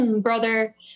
brother